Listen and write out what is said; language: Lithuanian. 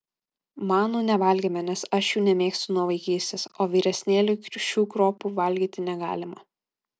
manų nevalgėme nes aš jų nemėgstu nuo vaikystės o vyresnėliui šių kruopų valgyti negalima